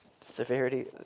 severity